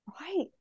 Right